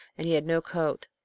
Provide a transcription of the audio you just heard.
and he had no coat.